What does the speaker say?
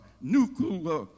nuclear